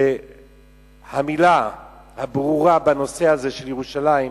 שהמלה הברורה בנושא הזה של ירושלים,